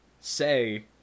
say